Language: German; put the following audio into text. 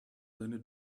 seine